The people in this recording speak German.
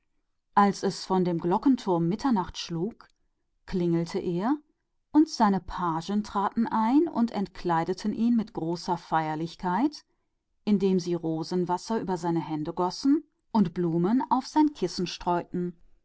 als es vom turme mitternacht schlug berührte er eine glocke seine pagen traten ein und entkleideten ihn unter vielen zeremonien und gossen ihm rosenwasser auf seine hände und streuten ihm blumen auf sein kissen